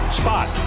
spot